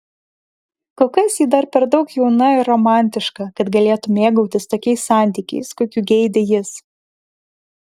kol kas ji dar per daug jauna ir romantiška kad galėtų mėgautis tokiais santykiais kokių geidė jis